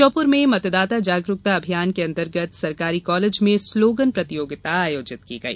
श्योपुर में मतदाता जागरूकता अभियान के अंतर्गत सरकारी कॉलेज में स्लोगन प्रतियोगिता आयोजित की गई